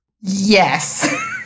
Yes